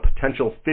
potential